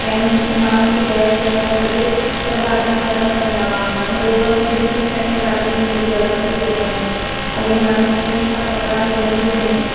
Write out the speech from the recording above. पहिरीं माण्हू खे गैस जलाए करे भाॼियूं गरमु कंदा हुआ हाणे ओवन में ॿिनि मिंटनि में भाॼी हुननि जी गरमु थी थी वञे अॻे मायूं हथनि सां कपिड़ा धोईंदी हुयूं